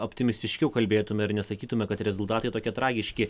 optimistiškiau kalbėtume ir nesakytume kad rezultatai tokie tragiški